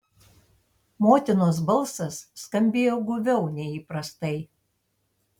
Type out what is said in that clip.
motinos balsas skambėjo guviau nei įprastai